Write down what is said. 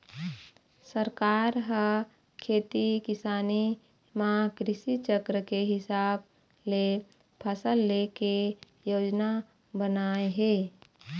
सरकार ह खेती किसानी म कृषि चक्र के हिसाब ले फसल ले के योजना बनाए हे